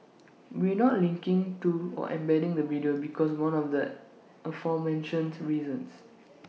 we're not linking to or embedding the video because more of the aforementioned reasons